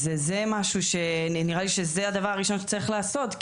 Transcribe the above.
אז נראה לי שזה הדבר הראשון שצריך לעשות.